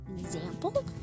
example